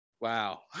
wow